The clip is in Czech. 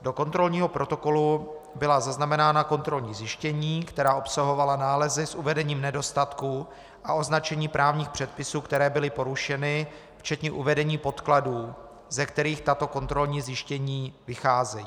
Do kontrolního protokolu byla zaznamenána zjištění, která obsahovala nálezy s uvedením nedostatků a označení právních předpisů, které byly porušeny, včetně uvedení podkladů, ze kterých tato kontrolní zjištění vycházejí.